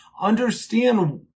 understand